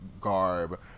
garb